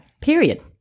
Period